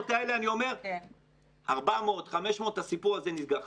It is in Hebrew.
ה-500 האלה, אני אומר, 400 500, הסיפור הזה נסגר.